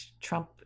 Trump